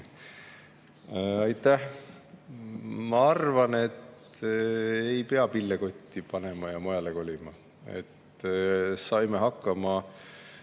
Aitäh! Ma arvan, et ei pea pille kotti panema ja mujale kolima. Saime hakkama